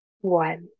one